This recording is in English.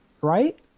Right